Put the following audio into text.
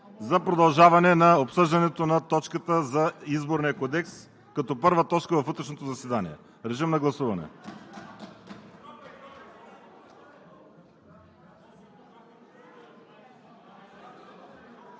за продължаване на обсъждането на точката за Изборния кодекс като първа точка в утрешното заседание. ХАМИД ХАМИД